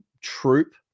troop